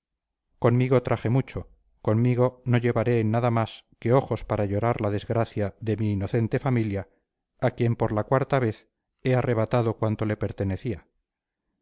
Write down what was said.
conmigo traje mucho conmigo no llevaré nada más que ojos para llorar la desgracia de mi inocente familia a quien por la cuarta vez he arrebatado cuanto le pertenecía